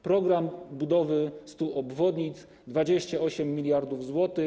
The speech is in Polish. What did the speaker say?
Program budowy 100 obwodnic” - 28 mld zł.